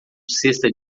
cesta